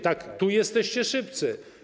Tak, tu jesteście szybcy.